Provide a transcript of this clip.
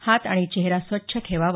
हात आणि चेहरा स्वच्छ ठेवावा